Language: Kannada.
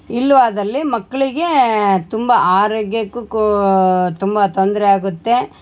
ಇಲ್ಲವಾದಲ್ಲಿ ಮಕ್ಕಳಿಗೇ ತುಂಬ ಆರೋಗ್ಯಕ್ಕು ಕೂ ತುಂಬ ತೊಂದರೆ ಆಗುತ್ತೆ